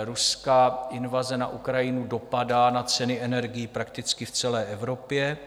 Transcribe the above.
Ruská invaze na Ukrajinu dopadá na ceny energií prakticky v celé Evropě.